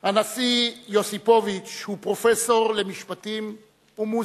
הנשיא יוסיפוביץ הוא פרופסור למשפטים ומוזיקה,